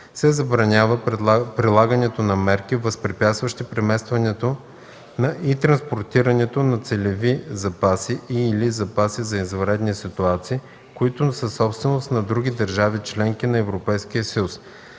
се забранява прилагането на мерки, възпрепятстващи преместването и транспортирането на целеви запаси и/или запаси за извънредни ситуации, които са собственост на други държави – членки на Европейския съюз.